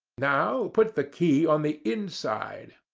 now put the key on the inside.